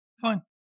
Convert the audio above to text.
Fine